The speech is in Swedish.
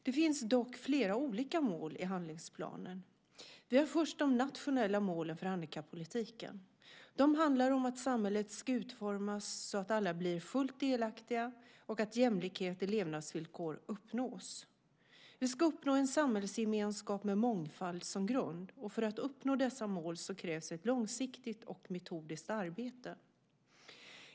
Det finns dock flera olika mål i handlingsplanen. Vi har först de nationella målen för handikappolitiken. De handlar om att samhället ska utformas så att alla blir fullt delaktiga och att jämlikhet i levnadsvillkor uppnås. Vi ska uppnå en samhällsgemenskap med mångfald som grund. För att uppnå dessa mål krävs ett långsiktigt och metodiskt arbete.